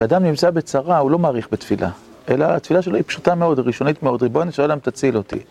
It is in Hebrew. כשאדם נמצא בצרה, הוא לא מאריך בתפילה, אלא התפילה שלו היא פשוטה מאוד, ראשונית מאוד. ריבונו של עולם תציל אותי.